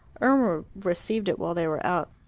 irma received it while they were out,